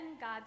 God